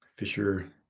Fisher